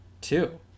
Two